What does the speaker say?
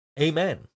Amen